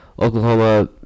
Oklahoma